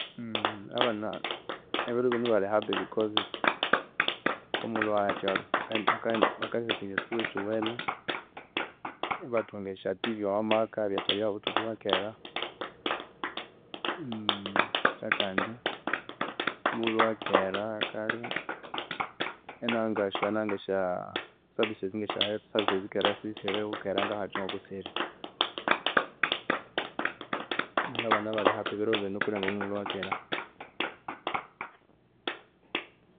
abana ebiru binu bali happy because omughulhu wahatya bakaghe bakaghenda baka accessinga esya sukuru esiwene, ibathunga esya tv omwamaka ebyathabyahu obuthuku obwakera. ekyakandi mughulhu wakera kale enanga esyananga esya services ngesya health services kera isisirihu kera ngahatya kusiri. Neryu abana bali happy ebiru binu kulenga omughulhu wakera